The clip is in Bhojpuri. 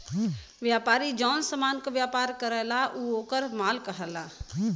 व्यापारी जौन समान क व्यापार करला उ वोकर माल कहलाला